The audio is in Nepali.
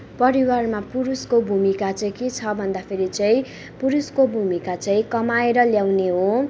परिवारमा पुरुषको भूमिका चाहिँ के छ भन्दाखेरि चाहिँ पुरुषको भूमिका चाहिँ कमाएर ल्याउने हो